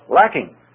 lacking